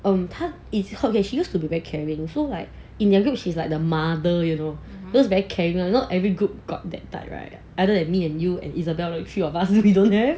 um 他以 it's how can she used to be very caring so like in their group she's like the mother you know those very caring [one] know every group got that type right other than me and you and isabel three of us we don't care